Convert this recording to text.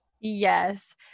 Yes